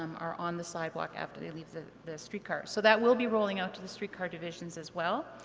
um are on the sidewalk after they leave the the streetcar. so that will be rolling out to the streetcar divisions as well.